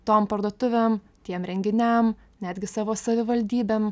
tom parduotuvėm tiem renginiam netgi savo savivaldybėm